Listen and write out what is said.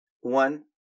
one